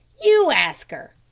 you ask her!